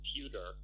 computer